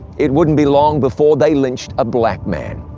it wouldn't be long before they lynched a black man.